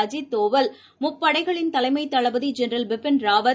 அஜீத் தோவல் முப்படைகளின் தலைமைத் தளபதிஜென்ரல் பிபின்ராவத்